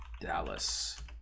Dallas